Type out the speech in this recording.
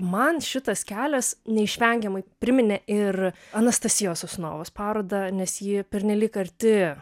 man šitas kelias neišvengiamai priminė ir anastasijos sosunovos parodą nes ji pernelyg arti